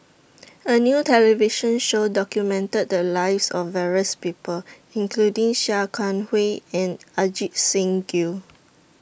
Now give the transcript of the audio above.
A New television Show documented The Lives of various People including Sia Kah Hui and Ajit Singh Gill